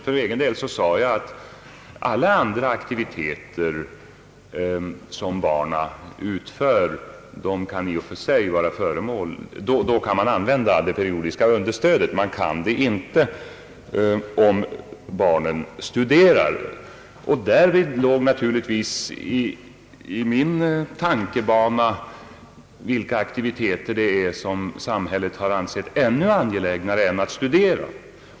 För egen del sade jag att det periodiska understödet kan utnyttjas i fråga om alla andra aktiviteter, bara inte om barnet studerar. Då tänkte jag naturligtvis på vilka akti viteter samhället ansett ännu angelägnare än att studera.